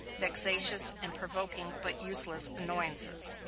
vexatious, and provoking, but useless annoyances.